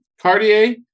Cartier